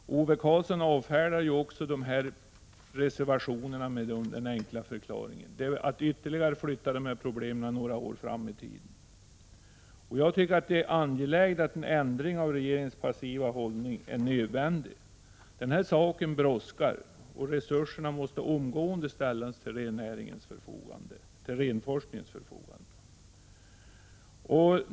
Ove Karlsson avfärdar också dessa reservationer med den enkla förklaringen. Det är att flytta problemen ytterligare några år framåt i tiden. En ändring av regeringens passiva hållning är nödvändig. Saken brådskar, resurser måste omgående ställas till renforskningens förfogande.